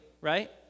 right